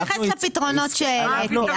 תתייחס לפתרונות שהעליתי,